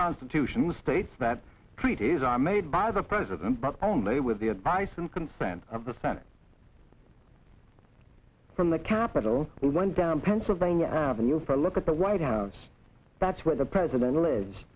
constitution which states that treaty is are made by the president but only with the advice and consent of the senate from the capitol hill went down pennsylvania avenue for a look at the white house that's where the president lives